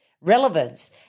relevance